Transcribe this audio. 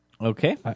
Okay